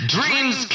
Dreams